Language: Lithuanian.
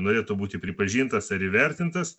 norėtų būti pripažintas ar įvertintas